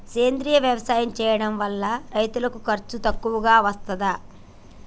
సేంద్రీయ వ్యవసాయం చేయడం వల్ల రైతులకు ఖర్చు తక్కువగా వస్తదా?